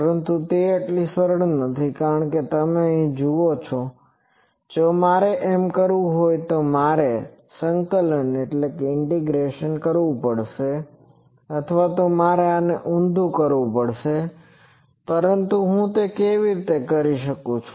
પરંતુ તે એટલી સરળ નથી કારણ કે તમે અહીં જુઓ જો મારે એમ કરવુ હોય તો મારે સંકલન કરવું પડશે અથવા મારે આને ઊંધું કરવું પડશે પરંતુ હું તે કેવી રીતે કરી શકું